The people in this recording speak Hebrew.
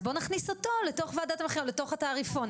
אז בוא נכניס אותו לתוך וועדת המחירים או לתוך התעריפון."